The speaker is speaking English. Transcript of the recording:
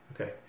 Okay